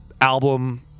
album